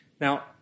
Now